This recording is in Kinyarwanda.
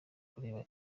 kureba